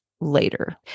later